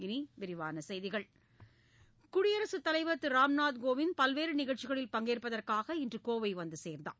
இனி விரிவான செய்திகள் குடியரசுத் தலைவர் திரு ராம்நாத் கோவிந்த் பல்வேறு நிகழ்ச்சிகளில் பங்கேற்பதற்காக இன்று கோவை வந்து சேர்ந்தார்